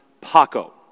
Paco